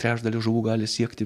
trečdalį žuvų gali siekti